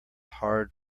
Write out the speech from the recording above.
hard